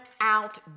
out